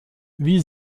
wie